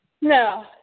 No